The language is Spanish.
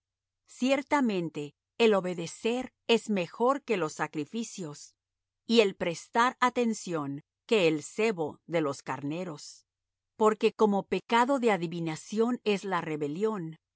ciertamente el obedecer es mejor que los sacrificios y el prestar atención que el sebo de los carneros porque como pecado de adivinación es la rebelión